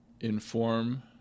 inform